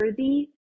worthy